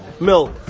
milk